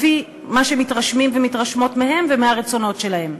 לפי מה שמתרשמים ומתרשמות מהם ומהרצונות שלהם.